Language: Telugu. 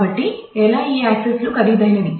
కాబట్టి ఎలా ఈ యాక్సెస్లు ఖరీదైనవి